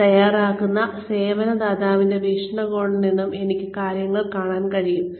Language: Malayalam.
തയ്യാറാക്കുന്ന സേവന ദാതാവിന്റെ വീക്ഷണകോണിൽ നിന്നും എനിക്ക് കാര്യങ്ങൾ കാണാൻ കഴിയും